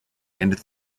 and